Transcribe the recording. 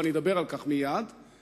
ואדבר על כך מייד,